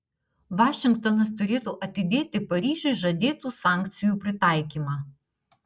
vašingtonas turėtų atidėti paryžiui žadėtų sankcijų pritaikymą